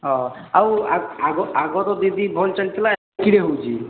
ହଉ ଆଉ ଆଗ ଆଗ ଆଗର ଦିଦି ଭଲ୍ ଚାଲି ଥିଲା ବିକ୍ରି ହେଉଛି